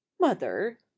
Mother